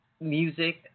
music